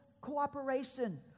cooperation